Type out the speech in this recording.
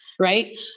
right